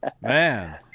Man